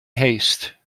haste